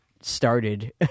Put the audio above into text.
started